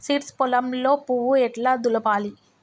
Seeds పొలంలో పువ్వు ఎట్లా దులపాలి?